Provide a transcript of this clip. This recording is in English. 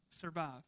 survive